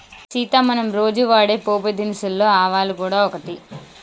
సీత మనం రోజు వాడే పోపు దినుసులలో ఆవాలు గూడ ఒకటి